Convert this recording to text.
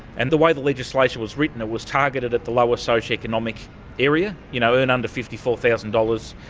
and the way the legislation was written, it was targeted at the lower socioeconomic area. you know, earn under fifty four thousand dollars,